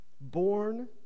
born